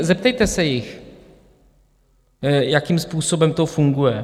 Zeptejte se jich, jakým způsobem to funguje.